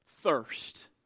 thirst